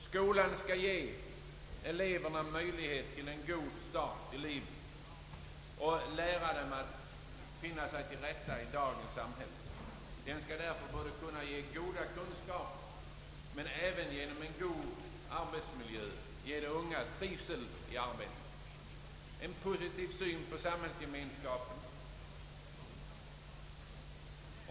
Skolan skall ge eleverna möjlighet till en god start i livet och lära dem att finna sig till rätta i dagens samhälle. Den skall därför kunna ge goda kunskaper men även genom en god arbetsmiljö kunna ge de unga trivsel i arbetet och en positiv syn på samhällsgemenskapen.